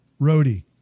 roadie